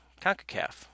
CONCACAF